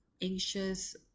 anxious